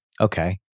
okay